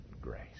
grace